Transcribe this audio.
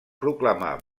proclamà